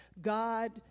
God